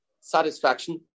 satisfaction